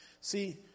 See